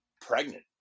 pregnant